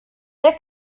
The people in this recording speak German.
der